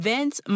Vince